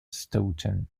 staunton